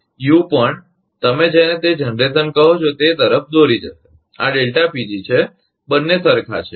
you પણ તમે જેને તે જનરેશન કહો છો તે તરફ દોરી જશે આ છે બંને સરખા છે